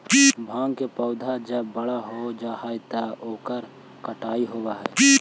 भाँग के पौधा जब बड़ा हो जा हई त ओकर कटाई होवऽ हई